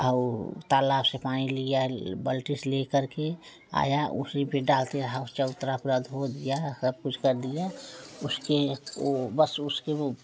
आऊ तालाब से पानी लिया बाल्टी से लेकर के आया उसी पर डालते हऊ चबुतरा पूरा धो दिया सब कुछ कर दिया उसके वह बस उसके वह